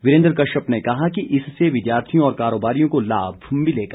वीरेन्द्र कश्यप ने कहा कि इससे विद्यार्थियों और कारोबारियों को लाभ मिलेगा